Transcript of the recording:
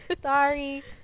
sorry